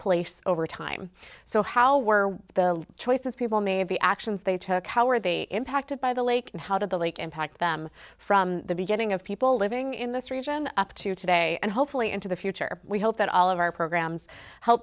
place over time so how were the choices people made the actions they took our they impacted by the lake and how did the lake impact them from the beginning of people living in this region up to today and hopefully into the future we hope that all of our programs h